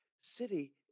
City